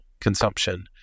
consumption